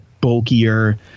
bulkier